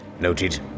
Noted